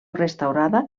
restaurada